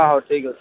ହଉ ଠିକ୍ ଅଛି